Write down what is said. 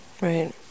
right